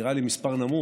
זה נראה לי מספר נמוך,